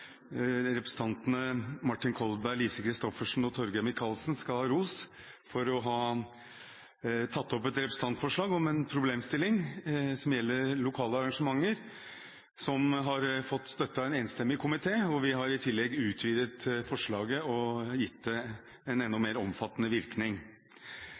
Representantene Martin Kolberg, Lise Christoffersen og Torgeir Micaelsen skal ha ros for å ha tatt opp et representantforslag om en problemstilling som gjelder lokale arrangementer. Forslaget har fått støtte av en enstemmig komité. Vi har i tillegg utvidet forslaget og gitt det en enda